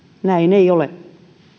näin ei ole